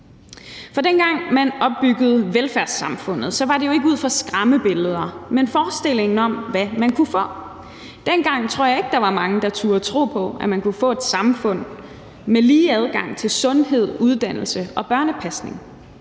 For dengang man opbyggede velfærdssamfundet, var det jo ikke ud fra skræmmebilleder, men forestillingen om, hvad man kunne få. Dengang tror jeg ikke, der var mange, der turde tro på, at man kunne få et samfund med lige adgang til sundhed, uddannelse og børnepasning.